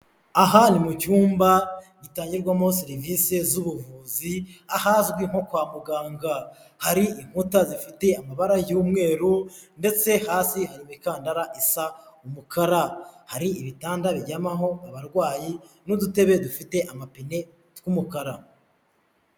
Aha ni mu cyumba gitangirwamo serivisi z'ubuvuzi ahazwi nko kwa muganga, hari inkuta zifite amabara y'umweru ndetse hasi hari imikandara isa umukara, hari ibitanda biryamaho abarwayi n'udutebe dufite amapine tw'umukara.